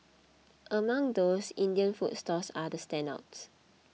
among those Indian food stalls are the standouts